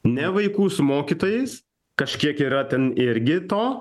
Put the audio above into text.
ne vaikų su mokytojais kažkiek yra ten irgi to